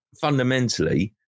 fundamentally